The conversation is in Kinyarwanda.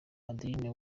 adeline